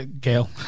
Gail